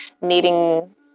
needing